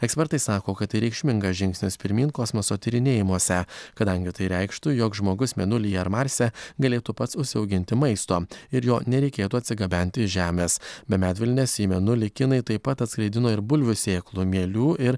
ekspertai sako kad tai reikšmingas žingsnis pirmyn kosmoso tyrinėjimuose kadangi tai reikštų jog žmogus mėnulyje ar marse galėtų pats užsiauginti maisto ir jo nereikėtų atsigabenti iš žemės be medvilnės į mėnulį kinai taip pat atskraidino ir bulvių sėklų mielių ir